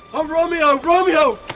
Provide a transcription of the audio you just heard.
oh romeo, romeo,